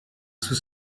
sous